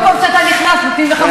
כל פעם שאתה נכנס נותנים לך,